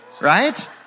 right